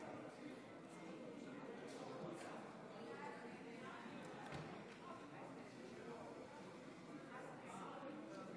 הצעת חוק הפרמדיקים, התשפ"ב 2022: